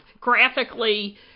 graphically